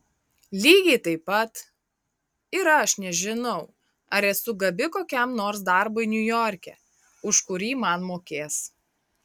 lygiai taip pat ir aš nežinau ar esu gabi kokiam nors darbui niujorke už kurį man mokės